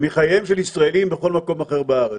מחייהם של ישראלים בכל מקום אחר בארץ.